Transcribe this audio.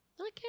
Okay